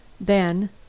Then